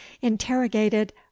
interrogated